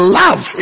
love